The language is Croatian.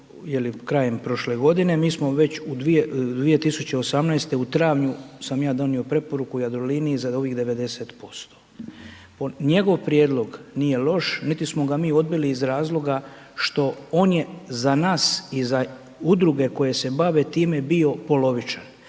krajem prošle godine, mi smo već u 2018. u travnju sam ja donio preporuku Jadroliniji za ovih 90%. Njegov prijedlog nije loš niti smo ga mi odbili iz razloga što on je za nas i za udruge koje se bave time bio polovičan,